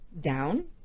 down